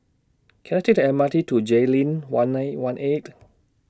Can I Take The M R T to Jayleen one nine one eight